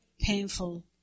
painful